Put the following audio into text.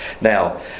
Now